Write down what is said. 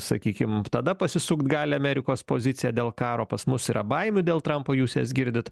sakykim tada pasisukt gali amerikos pozicija dėl karo pas mus yra baimių dėl trampo jūs jas girdit